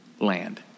land